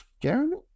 Jeremy